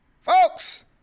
folks